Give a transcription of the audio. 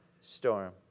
storm